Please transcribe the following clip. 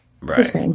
Right